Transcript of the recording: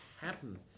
happen